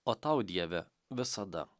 o tau dieve visada